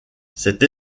cette